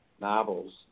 novels